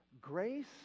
Grace